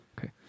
okay